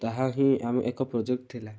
ତାହା ହିଁ ଆମ ଏକ ପ୍ରୋଜେକ୍ଟ ଥିଲା